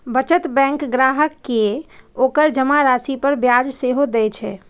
बचत बैंक ग्राहक कें ओकर जमा राशि पर ब्याज सेहो दए छै